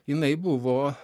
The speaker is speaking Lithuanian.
jinai buvo